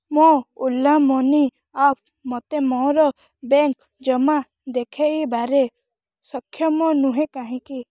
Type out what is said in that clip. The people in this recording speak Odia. ମୋ ଓଲା ମନି ଆପ ମୋତେ ମୋର ବ୍ୟାଙ୍କ୍ ଜମା ଦେଖାଇବାରେ ସକ୍ଷମ ନୁହେଁ କାହିଁକି